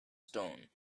stone